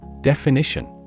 Definition